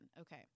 okay